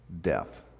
death